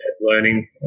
learning